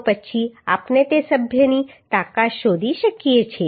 પછી આપણે તે સભ્યની તાકાત શોધી શકીએ છીએ